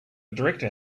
director